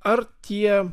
ar tie